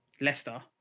Leicester